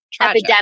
epidemic